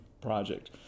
project